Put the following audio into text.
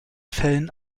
fällen